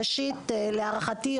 להערכתי,